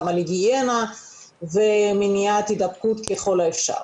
גם על היגיינה ומניעת הידבקות ככל האפשר.